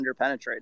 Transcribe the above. underpenetrated